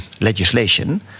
legislation